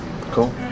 cool